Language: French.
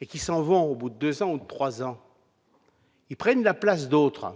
Et qui s'en vont au bout de 2 ans ou 3 ans, ils prennent la place d'autres.